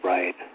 Right